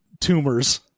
tumors